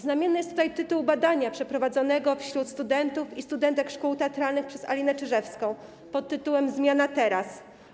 Znamienny jest tytuł badania przeprowadzonego wśród studentów i studentek szkół teatralnych przez Alinę Czyżewską pt. „Zmiana teraz.